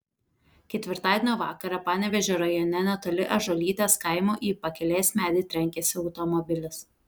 ketvirtadienio vakarą panevėžio rajone netoli ąžuolytės kaimo į pakelės medį trenkėsi automobilis